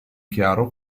chiaro